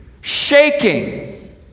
shaking